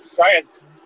Giants